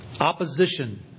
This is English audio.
opposition